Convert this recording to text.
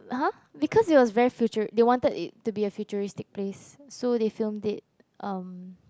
!huh! because it was very future they wanted it to be a futuristic place so they filmed it erm